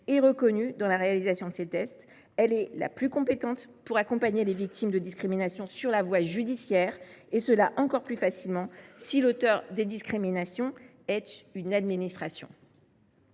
et reconnue dans la réalisation de ces tests. Elle est la plus compétente pour accompagner les victimes de discriminations sur la voie judiciaire, en particulier si l’auteur des discriminations est une administration.